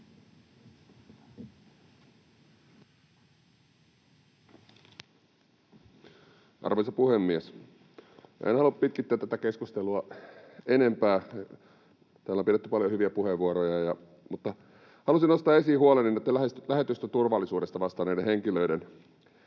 Arvoisa puhemies! En halua pitkittää tätä keskustelua enempää, täällä on pidetty paljon hyviä puheenvuoroja, mutta halusin nostaa esiin huoleni lähetystön turvallisuudesta vastanneiden henkilöiden